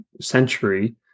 century